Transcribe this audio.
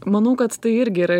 manau kad tai irgi yra